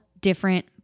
different